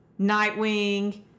Nightwing